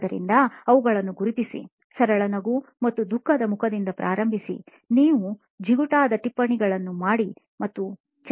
ಆದ್ದರಿಂದ ಅವುಗಳನ್ನು ಗುರುತಿಸಿ ಸರಳ ನಗು ಮತ್ತು ದುಃಖದ ಮುಖ ದಿಂದ ಪ್ರಾರಂಭಿಸಿ ನಿಮ್ಮ ಜಿಗುಟಾದ ಟಿಪ್ಪಣಿಯಲ್ಲಿ ಮಾಡಿ ಮತ್ತು ಚೆನ್ನಾಗಿರಬೇಕು